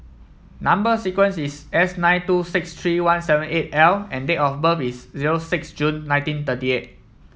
number sequence is S nine two six three one seven eight L and date of birth is zero six June nineteen thirty eight